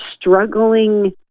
struggling